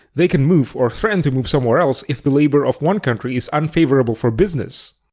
they can move, or threaten to move somewhere else if the labor of one country is unfavorable for business.